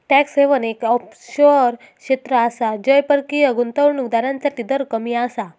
tax haven एक offshore क्षेत्र आसा जय परकीय गुंतवणूक दारांसाठी दर कमी आसा